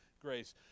grace